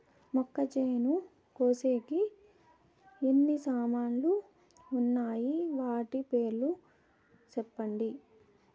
మొక్కచేను కోసేకి ఎన్ని సామాన్లు వున్నాయి? వాటి పేర్లు సెప్పండి?